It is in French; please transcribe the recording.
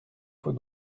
faut